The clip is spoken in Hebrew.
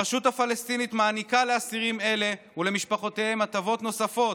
הרשות הפלסטינית מעניקה לאסירים אלה ולמשפחותיהם הטבות נוספות,